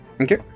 Okay